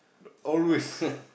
always